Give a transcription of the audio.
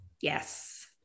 yes